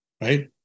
right